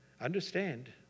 understand